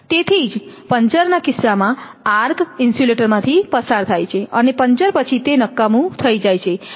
તેથી જ પંચરના કિસ્સામાં આર્ક ઇન્સ્યુલેટરમાંથી પસાર થાય છે અને પંચર પછી તે નકામું થઈ જાય છે